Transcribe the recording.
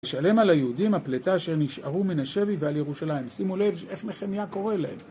לשלם על היהודים הפלטה שנשארו מן השבי ועל ירושלים. שימו לב איך נחמיה קורא להם